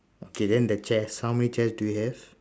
okay then the chairs how many chairs do you have